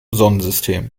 sonnensystem